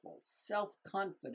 self-confident